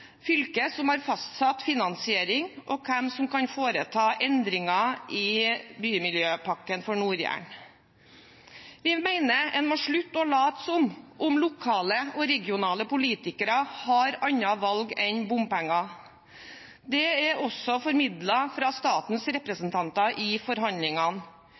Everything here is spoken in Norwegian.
som har fastsatt finansiering, og hvem som kan foreta endringer i Bymiljøpakken for Nord-Jæren. Vi mener en må slutte å late som om lokale og regionale politikere har noe annet valg enn bompenger. Det er også formidlet fra statens representanter i forhandlingene.